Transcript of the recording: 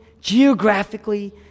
geographically